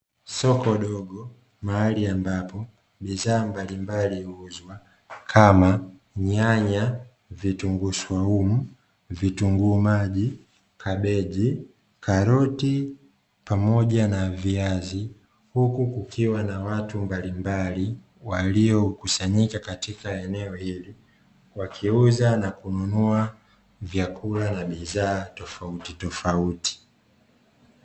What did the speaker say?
Soko dogo mahali ambapo bidhaa mbalimbali huuzwa vitunguu swaumu vitunguu maji, kabeji, karoti pamoja na viazi, huku kukiwa na watu mbalimbali waliokusanyika katika eneo hili, wakiuza na kununua vyakula na bidhaa tofautitofauti.